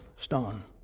stone